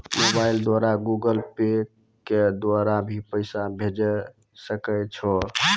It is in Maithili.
मोबाइल द्वारा गूगल पे के द्वारा भी पैसा भेजै सकै छौ?